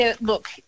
Look